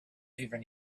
even